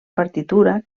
partitura